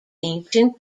ancient